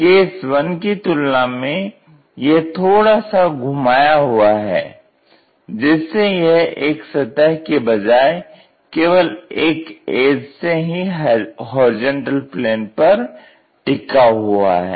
case 1 की तुलना में यह थोड़ा सा घुमाया हुआ है जिससे यह एक सतह की बजाय केवल एक एज से ही HP पर टिका हुआ है